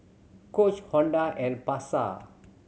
Coach Honda and Pasar